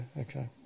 okay